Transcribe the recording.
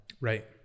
right